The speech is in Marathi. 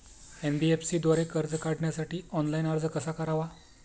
एन.बी.एफ.सी द्वारे कर्ज काढण्यासाठी ऑनलाइन अर्ज कसा करावा?